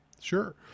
sure